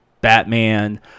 Batman